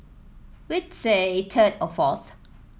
we'd say third or fourth